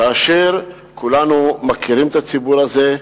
כאשר כולנו מכירים את הציבור הזה.